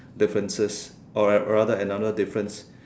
differences or Ra~ rather another difference